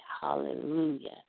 Hallelujah